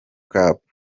cup